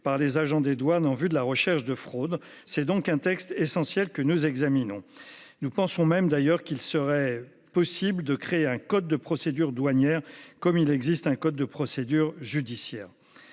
par les agents des douanes en vue de la recherche de fraude. C'est donc un texte essentiel que nous examinons, nous pensons même d'ailleurs qu'il serait possible de créer un code de procédure douanière comme il existe un code de procédure judiciaire.